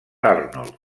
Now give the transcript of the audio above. arnold